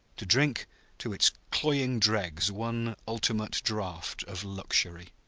to drink to its cloying dregs one ultimate draught of luxury.